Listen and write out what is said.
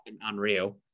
unreal